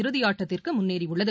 இறதிஆட்டத்திற்குமுன்னேறியுள்ளது